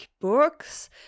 books